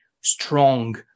strong